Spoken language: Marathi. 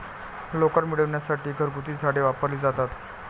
लोकर मिळविण्यासाठी घरगुती झाडे वापरली जातात